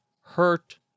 hurt